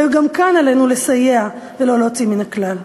וגם כאן עלינו לסייע ולא להוציא מן הכלל.